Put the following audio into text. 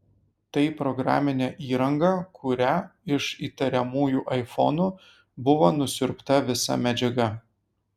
tai programinė įranga kuria iš įtariamųjų aifonų buvo nusiurbta visa medžiaga